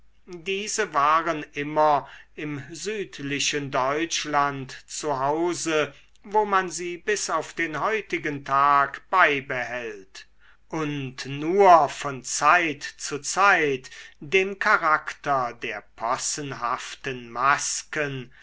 diese waren immer im südlichen deutschland zu hause wo man sie bis auf den heutigen tag beibehält und nur von zeit zu zeit dem charakter der possenhaften masken